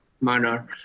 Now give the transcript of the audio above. manner